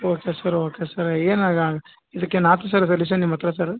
okay sir okay sir ಏನಾಗ ಇದಕ್ಕೇನು ಆತ ಸರ್ ಸೊಲ್ಯೂಷನ್ ನಿಮ್ಮ ಹತ್ತಿರ ಸರ್ರು